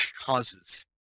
causes